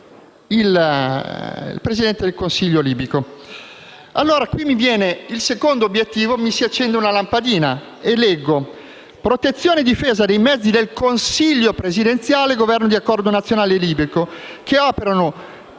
al secondo obiettivo, mi si accende una lampadina. Si parla di «protezione e difesa dei mezzi del Consiglio presidenziale/Governo di accordo nazionale che operano